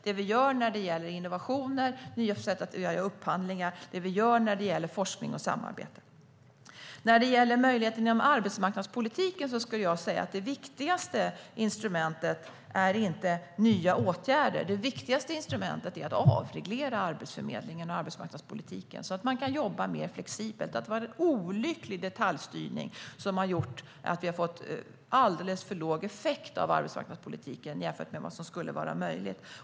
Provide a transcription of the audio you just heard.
Det handlar också om innovationer, nya sätt att göra upphandlingar, forskning och samarbete. När det gäller möjligheterna inom arbetsmarknadspolitiken är det viktigaste instrumentet inte nya åtgärder. Det viktigaste instrumentet är att avreglera Arbetsförmedlingen och arbetsmarknadspolitiken, så att man kan jobba mer flexibelt. Det är en olycklig detaljstyrning som har gjort att vi har fått alldeles för låg effekt av arbetsmarknadspolitiken jämfört med vad som skulle vara möjligt.